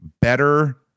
better